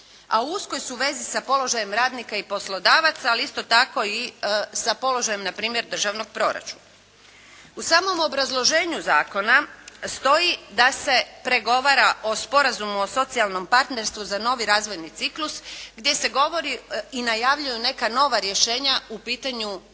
a u uskoj su vezi sa položajem radnika i poslodavaca, ali isto tako i sa položajem, na primjer, državnog proračuna. U samom obrazloženju zakona stoji da se pregovara o sporazumu o socijalnom partnerstvu za novi razvojni ciklus gdje se govori i najavljuju neka nova rješenja u pitanju